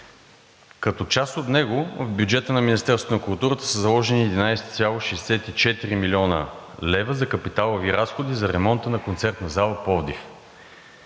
като част от него в бюджета на Министерството на културата са заложени 11,64 млн. лв. за капиталови разходи за ремонта на Концертна зала – Пловдив.